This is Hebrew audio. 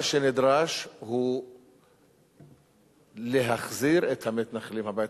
מה שנדרש הוא להחזיר את המתנחלים הביתה.